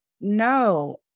no